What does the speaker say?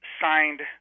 signed